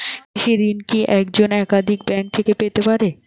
কৃষিঋণ কি একজন একাধিক ব্যাঙ্ক থেকে পেতে পারে?